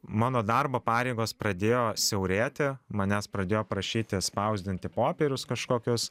mano darbo pareigas pradėjo siaurėti manęs pradėjo prašyti spausdinti popierius kažkokius